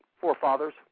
forefathers